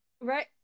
right